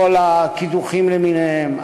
כל הקידוחים למיניהם,